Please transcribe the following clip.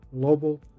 global